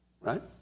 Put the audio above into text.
Right